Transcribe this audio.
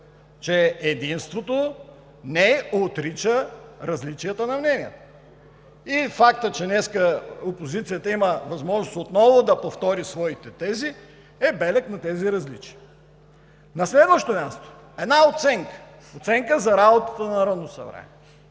че единството не отрича различията. И фактът, че днес опозицията има възможност отново да повтори своите тези, е белег на тези различия. На следващо място – една оценка, оценка за работата на Народното